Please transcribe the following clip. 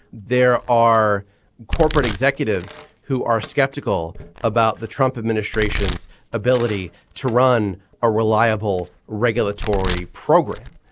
there are corporate executives who are skeptical about the trump administration's ability to run a reliable regulatory program.